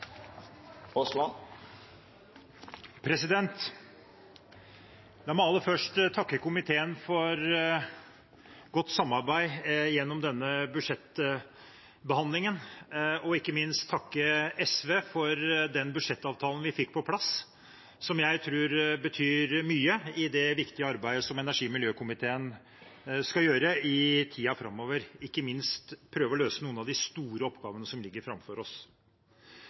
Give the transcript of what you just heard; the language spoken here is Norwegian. først takke komiteen for godt samarbeid gjennom denne budsjettbehandlingen og ikke minst takke SV for den budsjettavtalen vi fikk på plass, som jeg tror betyr mye i det viktige arbeidet som energi- og miljøkomiteen skal gjøre i tiden framover, ikke minst prøve å løse noen av de store oppgavene som ligger framfor oss.